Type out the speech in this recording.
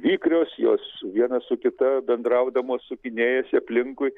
vikrios jos viena su kita bendraudamos sukinėjasi aplinkui